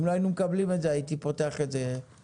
אם לא היינו מקבלים את זה הייתי פותח את זה מחדש,